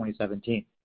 2017